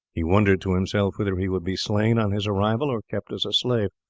he wondered to himself whether he would be slain on his arrival or kept as a slave,